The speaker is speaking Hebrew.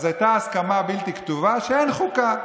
אז הייתה הסכמה בלתי כתובה שאין חוקה,